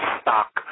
stock